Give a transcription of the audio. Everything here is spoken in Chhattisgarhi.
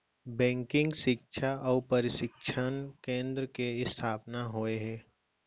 बेंकिंग सिक्छा अउ परसिक्छन केन्द्र के इस्थापना होय हे